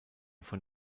von